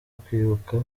kwibuka